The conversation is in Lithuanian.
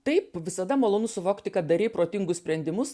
taip visada malonu suvokti kad darei protingus sprendimus